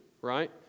right